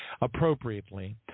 appropriately